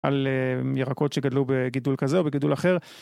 על ירקות שגדלו בגידול כזה או בגידול אחר.